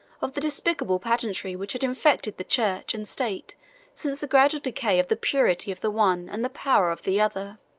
of the despicable pageantry which had infected the church and state since the gradual decay of the purity of the one and the power of the other.